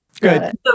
good